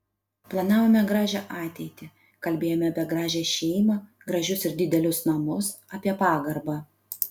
planavome gražią ateitį kalbėjome apie gražią šeimą gražius ir didelius namus apie pagarbą